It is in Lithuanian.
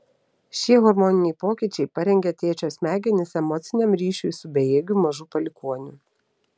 šie hormoniniai pokyčiai parengia tėčio smegenis emociniam ryšiui su bejėgiu mažu palikuoniu